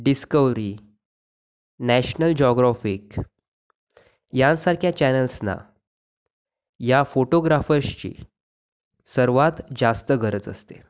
discovery national geographic यांसारख्या चॅनेल्सना या फोटोग्राफर्सची सर्वांत जास्त गरज असते